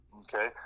okay